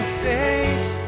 face